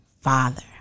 father